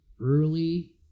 early